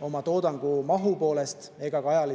oma toodangu mahu poolest ega ka ajalise